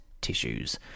tissues